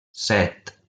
set